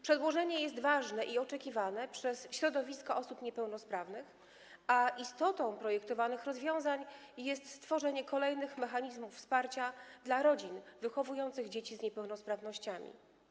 Przedłożenie jest ważne i oczekiwane przez środowiska osób niepełnosprawnych, a istotą projektowanych rozwiązań jest stworzenie kolejnych mechanizmów wsparcia dla rodzin wychowujących dzieci z niepełnosprawnościami.